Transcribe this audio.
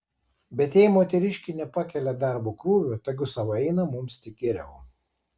bet jei moteriškė nepakelia darbo krūvio tegu sau eina mums tik geriau